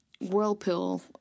whirlpool